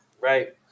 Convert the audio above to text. right